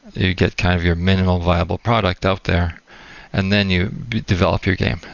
you get kind of your minimal viable product out there and then you develop your game.